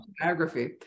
biography